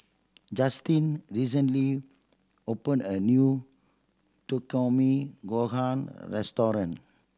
Justin recently opened a new Takikomi Gohan Restaurant